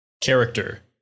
character